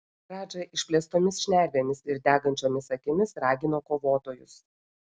radža išplėstomis šnervėmis ir degančiomis akimis ragino kovotojus